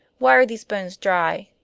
why are these bones dry?